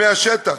מהשטח,